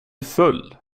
full